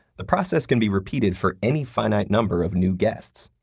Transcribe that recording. the process can be repeated for any finite number of new guests.